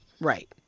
Right